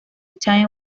time